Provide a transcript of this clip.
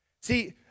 See